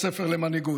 בית ספר למנהיגות.